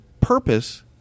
purpose